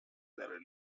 their